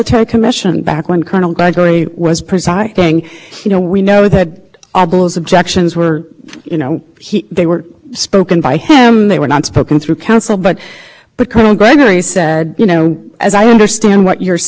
colloquy is that it's quite uncertain he says perhaps you're making this to the extent you're making that unless this court were to adopt a very different preservation rule than it has applied in criminal in the criminal context i don't think that that's the kind of